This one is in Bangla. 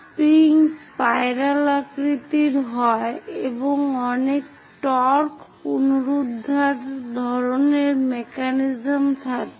স্প্রিং স্পাইরাল আকৃতির হয় এবং অনেক টর্ক পুনরুদ্ধার ধরনের মেকানিজম থাকে